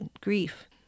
grief